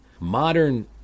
Modern